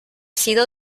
sido